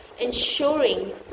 ensuring